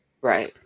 Right